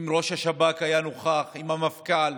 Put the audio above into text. ראש השב"כ היה נוכח, המפכ"ל,